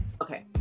Okay